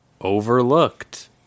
overlooked